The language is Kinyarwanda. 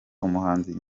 umuhanzi